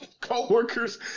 co-worker's